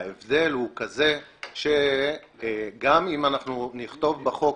ההבדל הוא כזה שגם אם אנחנו נכתוב בחוק: